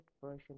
version